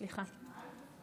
סליחה.